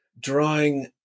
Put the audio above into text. drawing